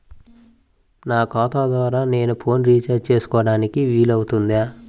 నా ఖాతా ద్వారా నేను ఫోన్ రీఛార్జ్ చేసుకోవడానికి వీలు అవుతుందా?